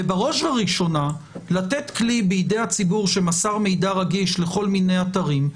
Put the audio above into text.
ובראש וראשונה לתת כלי בידי הציבור שמסר מידע רגיש לכל מיני אתרים,